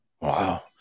Wow